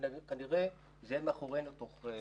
כנראה שזה יהיה מאחורינו בתוך זמן קצר.